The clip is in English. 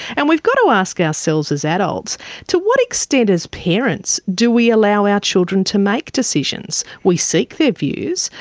and we've got to ask ourselves as adults to what extent as parents do we allow our children to make decisions? we seek their views,